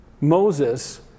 Moses